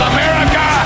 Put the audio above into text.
America